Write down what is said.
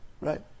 right